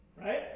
Right